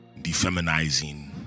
defeminizing